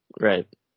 right